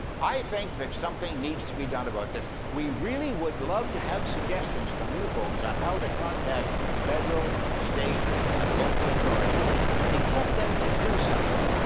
i think that something needs to be done about this. we really would love to have suggestions from you folks on how to contact federal, state and local authorities to get them to do something.